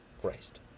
Christ